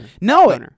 no